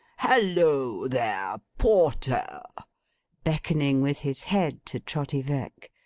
halloa there! porter beckoning with his head to trotty veck.